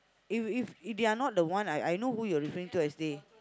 if if if they are not the one I I know who you referring to as they